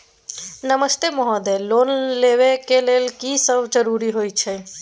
नमस्ते महोदय, लोन लेबै के लेल की सब जरुरी होय छै?